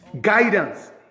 guidance